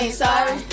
sorry